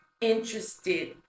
interested